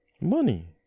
Money